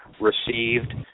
received